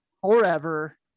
forever